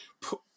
put